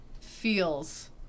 feels